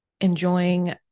enjoying